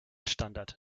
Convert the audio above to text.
standard